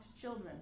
children